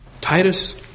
Titus